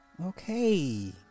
Okay